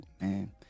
man